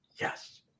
Yes